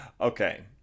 Okay